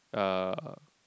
err